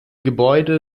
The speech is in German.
gebäude